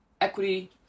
equity